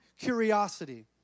curiosity